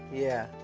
yeah.